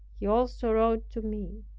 he also wrote to me,